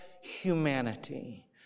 humanity